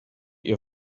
ihr